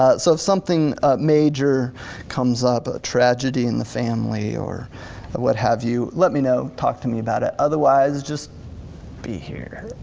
ah so if something major comes up, tragedy in the family, or what have you, let me know, talk to me about it. otherwise just be here,